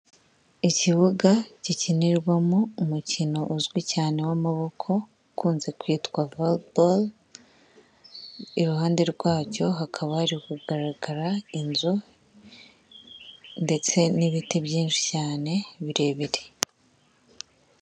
Ikibuga gikinirwamo umukino uzwi cyane w'amaboko ukunze kwitwa voreboro, iruhande rwacyo hakaba hari kugaragara inzu ndetse n'ibiti byinshi cyane birebire.